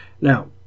Now